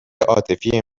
عاطفی